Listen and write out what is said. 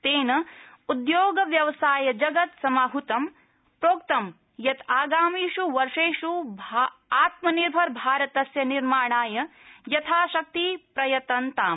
तेन उद्योगव्यवसायजगत् समाहूतं प्रोक्तं यत् आगामिषु वर्षेषु आत्मनिर्भर भारतस्य निर्माणाय यथाशक्ति प्रयतन्ताम्